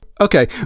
Okay